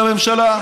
חוקים של הממשלה.